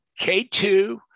K2